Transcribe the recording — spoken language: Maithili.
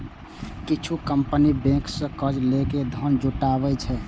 किछु कंपनी बैंक सं कर्ज लए के धन जुटाबै छै